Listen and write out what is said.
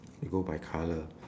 we go by colour